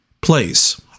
place